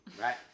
right